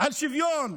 על שוויון,